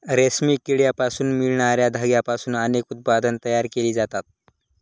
रेशमी किड्यांपासून मिळणार्या धाग्यांपासून अनेक उत्पादने तयार केली जातात